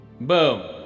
Boom